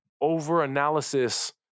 over-analysis